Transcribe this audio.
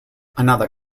another